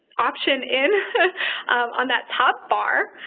option in on that top bar,